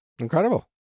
Incredible